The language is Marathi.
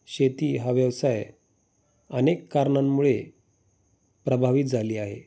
शेती हा व्यवसाय अनेक कारणांमुळे प्रभावित झाला आहे